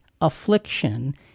affliction